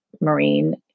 Marine